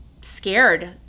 scared